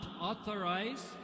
authorize